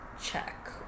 check